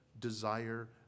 desire